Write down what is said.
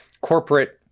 corporate